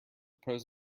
pros